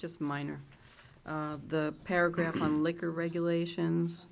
just minor the paragraph on liquor regulations